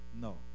no